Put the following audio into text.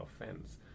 offense